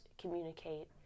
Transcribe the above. communicate